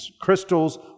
crystals